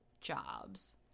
Jobs